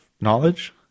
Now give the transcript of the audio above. knowledge